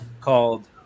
called